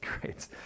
great